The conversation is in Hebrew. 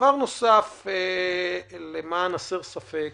דבר נוסף, למען הסר ספק